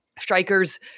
strikers